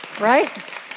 Right